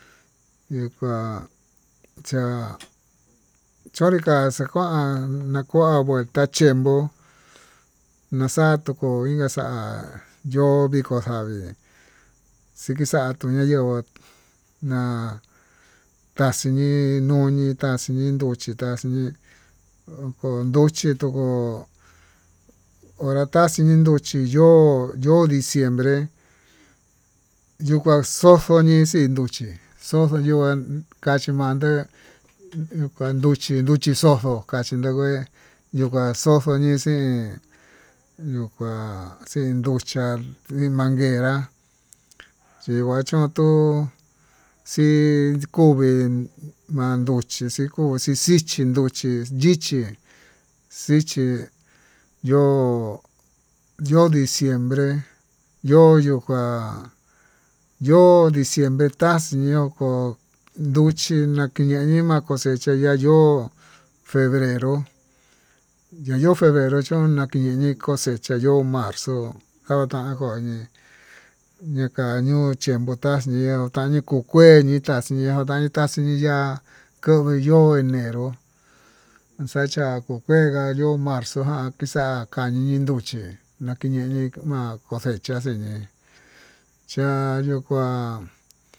Ñii kuan cha'a yonrika xakuan, nakua nguelta chiempo naxa'a tukuu inka xa'á yo'ó vikó xavii xikitá tuu nayenguó na'a taxiñii nuñii taxini nduchi taxini oko nruchí, chitoko onra taxii nruchí yo'ó yo'ó diciembre yuu kuá xoxoñi chi nruchí yo'ó xuu yuu kachinanté inkua nduchí nduchí xoxo, kachí nrumgui yukua xoxo nruxii hi yukua xii nruchá iin manquera iin nguachón tuu xii kovii manduchí xii kuuxii xichí nruchí, yichí yichí yo'ó yo'ó diciemnre yo'ó yuu kuá yo'ó diciembre taxiñokó nduñi nakiña nima'a cosecha ya'á yo'ó febrero ña'a yo'ó febrero chón nakini cosecha yo'ó, marzo onta koñii ñaka ñuu chiempo taxkii xanii kuu kueni kux taxñiá, andá taxhini ya'á koño yo'ó eneró xacha ko'o kuengá yo'ó marzo ján kixa'a xa'a kañii nruchí ñaxinima cosecha cha'a yo'ó kuá.